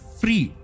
free